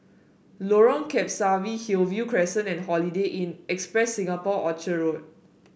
Lorong Kebasi Hillview Crescent and Holiday Inn Express Singapore Orchard Road